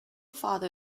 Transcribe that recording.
father